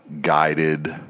guided